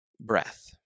breath